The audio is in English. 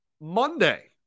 Monday